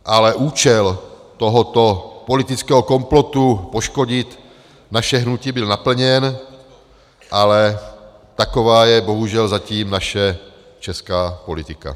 Ale účel tohoto politického komplotu poškodit naše hnutí byl naplněn, ale taková je bohužel zatím naše česká politika.